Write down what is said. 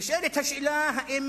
נשאלת השאלה,